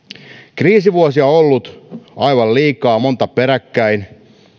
kriisivuosia on ollut aivan liikaa monta peräkkäin